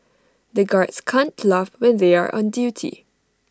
the guards can't laugh when they are on duty